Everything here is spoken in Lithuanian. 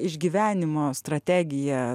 išgyvenimo strategija